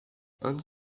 and